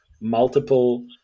multiple